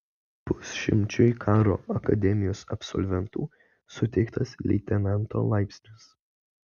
pusšimčiui karo akademijos absolventų suteiktas leitenanto laipsnis